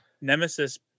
nemesis